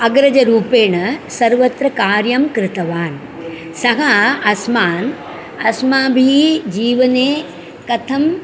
अग्रजरूपेण सर्वत्र कार्यं कृतवान् सः अस्मान् अस्माभिः जीवने कथम्